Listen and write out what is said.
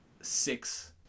six